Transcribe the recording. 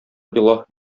илаһ